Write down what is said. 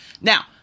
Now